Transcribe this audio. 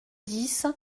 dix